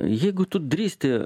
jeigu tu drįsti